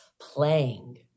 playing